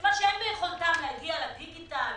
סימן שאין ביכולתם להגיע לדיגיטל,